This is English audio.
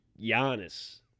Giannis